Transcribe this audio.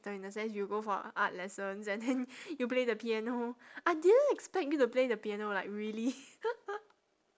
it's like in a sense you go for art lessons and then you play the piano I didn't expect you to play the piano like really